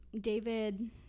David—